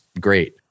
great